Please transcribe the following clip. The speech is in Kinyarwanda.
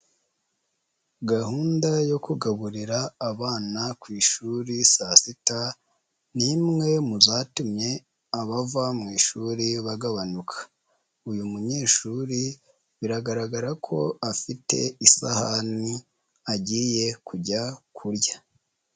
Gahunda yo kugaburira abana ku ishuri saa sita, ni imwe mu zatumye abava mu ishuri bagabanuka, uyu munyeshuri biragaragara ko afite isahani agiye kujya kurya.